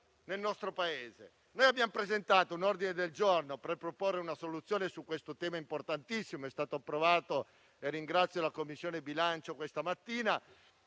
nel nostro Paese. Abbiamo presentato un ordine del giorno per proporre una soluzione su questo tema importantissimo. È stato approvato - ringrazio la Commissione bilancio - questa mattina.